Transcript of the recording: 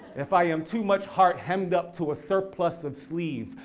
if i am too much heart hemmed up to a surplus of sleeve,